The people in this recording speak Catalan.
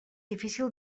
difícil